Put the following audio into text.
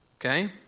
Okay